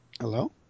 Hello